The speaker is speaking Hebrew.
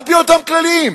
על-פי אותם כללים.